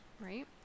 Right